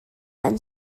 and